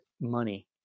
money